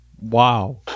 Wow